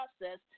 process